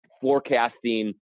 forecasting